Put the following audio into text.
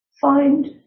find